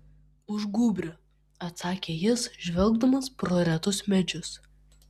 už gūbrio atsakė jis žvelgdamas pro retus medžius